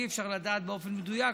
אי-אפשר לדעת באופן מדויק,